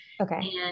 Okay